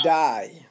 die